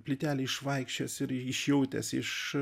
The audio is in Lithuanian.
plytelių išvaikščiojęs ir išjautęs iš